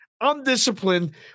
undisciplined